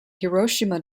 hiroshima